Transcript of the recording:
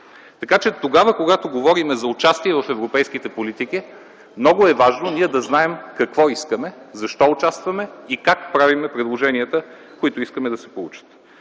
Аз не разбрах. Когато говорим за участие в европейските политики, много е важно какво искаме, защо участваме и как правим предложенията, които искаме да се получат.